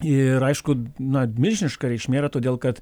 ir aišku na milžiniška reikšmė yra todėl kad